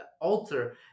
alter